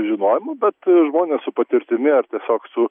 žinojimo bet žmonės su patirtimi at tiesiog su